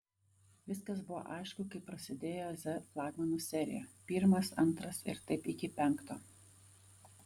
viskas buvo aišku kai prasidėjo z flagmanų serija pirmas antras ir taip iki penkto